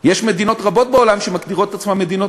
יש מדינות רבות בעולם שמגדירות את עצמן מדינות